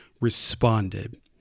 responded